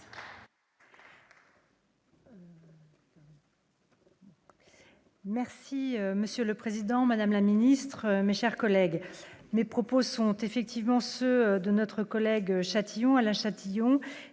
Merci Monsieur le Président, Madame la Ministre, mes chers collègues mes propos sont effectivement ceux de notre collègue Châtillon Alain Châtillon